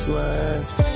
left